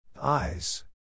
Eyes